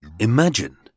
Imagine